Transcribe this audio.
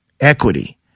equity